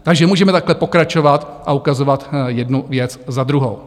Takže můžeme takhle pokračovat a ukazovat jednu věc za druhou.